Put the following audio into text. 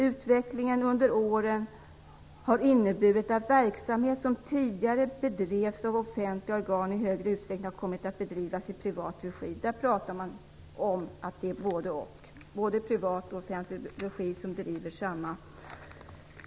Utvecklingen under senare år har inneburit att verksamhet som tidigare bedrevs av offentliga organ i ökad utsträckning har kommit att bedrivas i privat regi." Där talar man om både privat och offentlig regi.